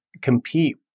compete